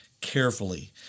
carefully